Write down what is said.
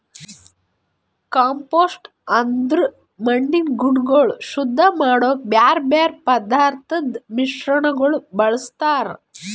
compost ಅಂದುರ್ ಮಣ್ಣಿನ ಗುಣಗೊಳ್ ಶುದ್ಧ ಮಾಡ್ಲುಕ್ ಬ್ಯಾರೆ ಬ್ಯಾರೆ ಪದಾರ್ಥದ್ ಮಿಶ್ರಣಗೊಳ್ ಬಳ್ಸತಾರ್